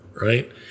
right